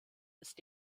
ist